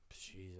Jesus